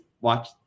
watch